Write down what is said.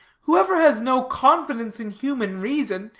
whoever has no confidence in human reason,